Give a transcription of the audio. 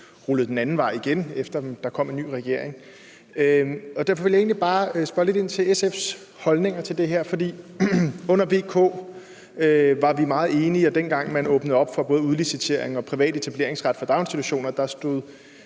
rullet det den anden vej igen, efter at der kom en ny regering. Derfor vil jeg egentlig bare spørge lidt ind til SF's holdninger til det her, for under VK-regeringen var vi meget enige. Dengang man åbnede op for både udlicitering og privat etableringsret for daginstitutioner, stod